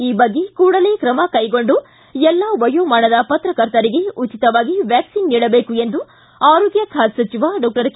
ಈ ಬಗ್ಗೆ ಕೂಡಲೇ ಕ್ರಮ ಕೈಗೊಂಡು ಎಲ್ಲಾ ವಯೋಮಾನದ ಪತ್ರಕರ್ತರಿಗೆ ಉಚಿತವಾಗಿ ವ್ವಾಕ್ಷಿನ್ ನೀಡಬೇಕು ಎಂದು ಆರೋಗ್ಯ ಖಾತೆ ಸಚಿವ ಡಾಕ್ಟರ್ ಕೆ